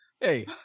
hey